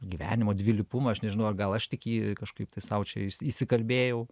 gyvenimo dvilypumą aš nežinau ar gal aš tik jį kažkaip tai sau čia įsikalbėjau